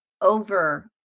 over